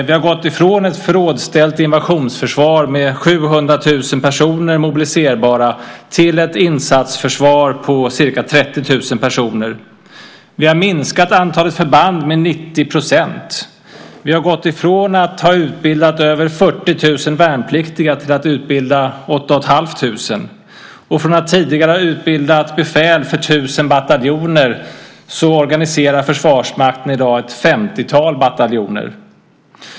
Vi har gått ifrån ett förrådsställt invasionsförsvar med 700 000 mobiliserbara personer till ett insatsförsvar med ca 30 000 personer. Vi har minskat antalet förband med 90 %. Vi har gått ifrån att ha utbildat över 40 000 värnpliktiga till att utbilda 8 500. Tidigare utbildade vi befäl för 1 000 bataljoner, och nu organiserar Försvarsmakten ett 50-tal bataljoner.